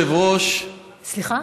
כבוד היושב-ראש, סליחה?